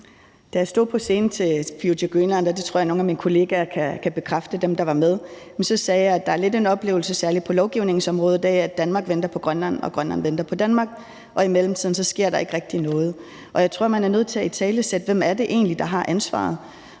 Da jeg stod på scenen til Future Greenland, og det tror jeg at dem af mine kollegaer, der var med, kan bekræfte, så sagde jeg, at det lidt er en oplevelse, særlig på lovgivningsområdet, at Danmark venter på Grønland, og at Grønland venter på Danmark, og at der i mellemtiden ikke rigtig sker noget. Jeg tror, man er nødt til at italesætte, hvem det egentlig er, der har ansvaret,